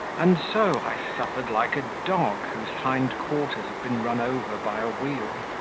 and so, i suffered like a dog, whose hindquarters have been run over by a wheel.